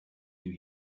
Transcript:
you